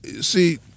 see